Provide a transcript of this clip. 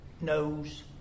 knows